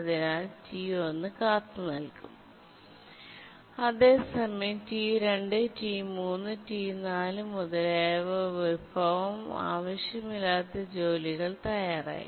അതിനാൽ T1 കാത്തുനിൽക്കും അതേസമയം T2 T3 T4 മുതലായവ വിഭവം ആവശ്യമില്ലാത്ത ജോലികൾ തയ്യാറായി